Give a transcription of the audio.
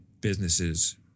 businesses